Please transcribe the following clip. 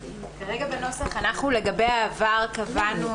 לגבי העבר קבענו,